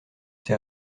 ses